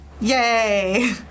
Yay